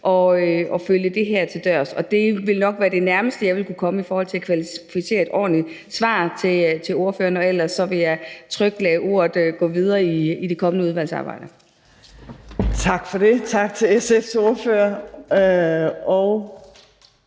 og følge det her til dørs, og det vil nok være det nærmeste, jeg vil kunne komme det, i forhold til at give et kvalificeret svar til ordføreren. Ellers vil jeg trygt lade ordet gå videre i det kommende udvalgsarbejde. Kl. 18:40 Fjerde